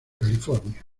california